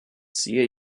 ziehe